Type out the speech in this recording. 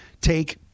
take